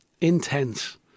intense